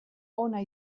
ona